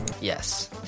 Yes